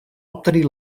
obtenir